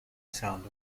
sound